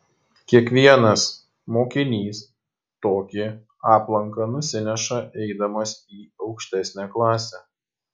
kiekvienas mokinys tokį aplanką nusineša eidamas į aukštesnę klasę